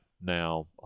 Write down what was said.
now